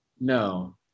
no